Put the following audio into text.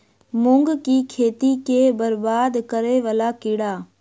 मूंग की खेती केँ बरबाद करे वला कीड़ा?